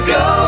go